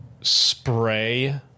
spray